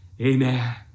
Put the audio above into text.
Amen